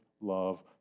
love